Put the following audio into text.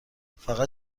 فقط